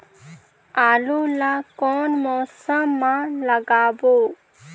आलू ला कोन मौसम मा लगाबो?